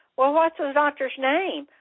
well, what's ah the doctor's name?